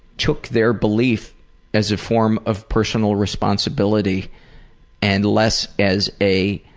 took their belief as a form of personal responsibility and less as a